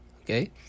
okay